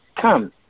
come